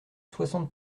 soixante